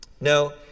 no